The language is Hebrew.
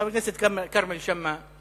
חבר הכנסת כרמל שאמה: